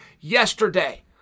yesterday